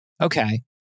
Okay